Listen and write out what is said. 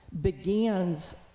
begins